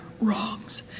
wrongs